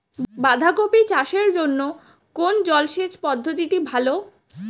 বাঁধাকপি চাষের জন্য কোন জলসেচ পদ্ধতিটি ভালো?